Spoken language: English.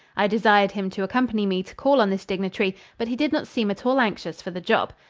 i desired him to accompany me to call on this dignitary, but he did not seem at all anxious for the job.